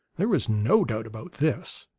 there was no doubt about this.